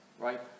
right